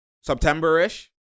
September-ish